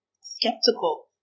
skeptical